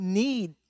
need